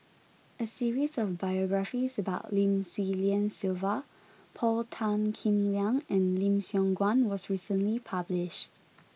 a series of biographies about Lim Swee Lian Sylvia Paul Tan Kim Liang and Lim Siong Guan was recently published